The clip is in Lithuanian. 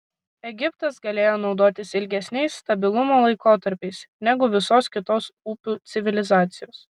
egiptas galėjo naudotis ilgesniais stabilumo laikotarpiais negu visos kitos upių civilizacijos